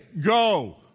go